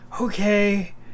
okay